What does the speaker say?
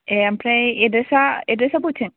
ए ओमफ्राय एड्रेसा एड्रेसा बबेथिं